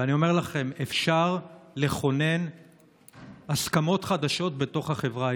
ואני אומר לכם שאפשר לכונן הסכמות חדשות בתוך החברה הישראלית.